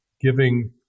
giving